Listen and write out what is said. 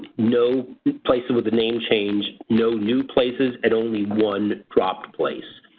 no places with a name change, no new places and only one dropped place.